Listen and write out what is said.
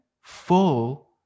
full